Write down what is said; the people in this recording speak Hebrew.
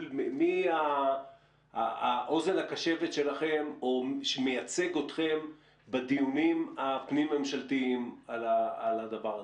מי האוזן הקשבת שלכם או מייצג אתכם בדיונים הפנים-ממשלתיים על הדבר הזה?